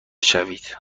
شوید